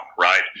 Right